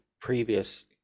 previous